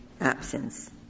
absence